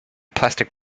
plastic